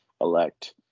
elect